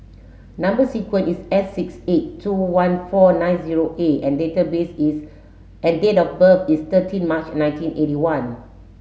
number sequence is S six eight two one four nine zero A and database is and date of birth is thirteen March nineteen eighty one